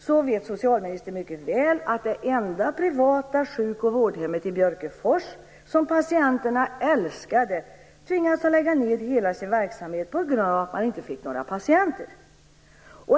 Socialministern vet mycket väl att det enda privata sjuk och vårdhemmet i vårt eget hemlän i Björkefors, som patienterna älskade, har tvingats att lägga ned hela sin verksamhet på grund av att man inte fick några patienter.